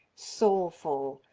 soulful,